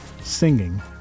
singing